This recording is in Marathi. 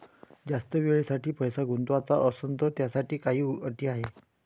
जास्त वेळेसाठी पैसा गुंतवाचा असनं त त्याच्यासाठी काही अटी हाय?